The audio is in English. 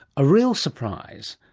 a real surprise.